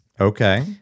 Okay